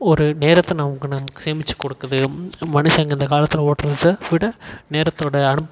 ஒரு நேரத்தை நமக்கு நமக்கு சேமித்து கொடுக்குது மனுஷங்கள் இந்த காலத்தில் ஓட்டுறதை விட நேரத்தோடு அனுப்